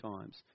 times